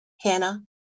Hannah